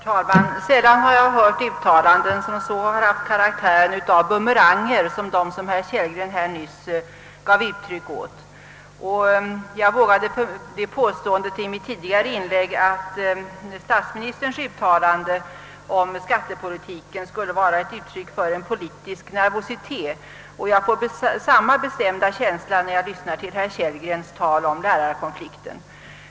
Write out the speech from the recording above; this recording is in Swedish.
Herr talman! Sällan har jag hört något uttalande som så haft karaktär av bumerang som det herr Kellgren nyss gjorde. Jag vågade göra det påståendet i mitt tidigare inlägg, att statsministerns uttalanden om skattepolitiken var ett uttryck för politisk nervositet. Jag får samma intryck när jag lyssnar till vad herr Kellgren säger om lärarkonflikten.